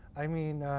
i mean,